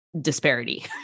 Disparity